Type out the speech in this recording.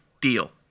deal